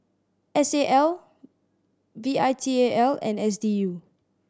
S A L V I T A L and S D U